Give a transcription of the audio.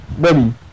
baby